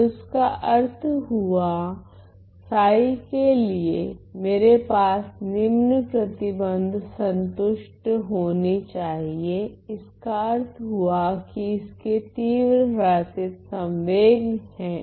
तो इसका अर्थ हुआ के लिए मेरे पास निम्न प्रतिबंद्ध संतुष्ट होनी चाहिए इसका अर्थ हुआ कि इसके तीव्र ह्र्सीत संवेग हैं